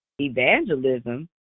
evangelism